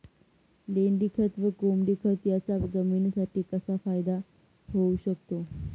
लेंडीखत व कोंबडीखत याचा जमिनीसाठी कसा फायदा होऊ शकतो?